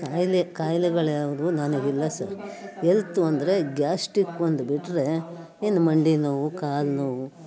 ಕಾಯಿಲೆ ಕಾಯಿಲೆಗಳ್ಯಾವುವು ನನಗಿಲ್ಲ ಸರ್ ಹೆಲ್ತು ಅಂದರೆ ಗ್ಯಾಸ್ಟಿಕ್ ಒಂದು ಬಿಟ್ಟರೆ ಏನು ಮಂಡಿ ನೋವು ಕಾಲು ನೋವು